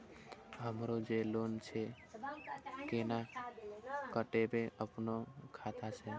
हमरो जे लोन छे केना कटेबे अपनो खाता से?